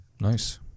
Nice